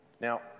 Now